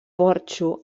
porxo